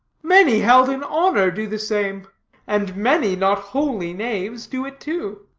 many held in honor do the same and many, not wholly knaves, do it too.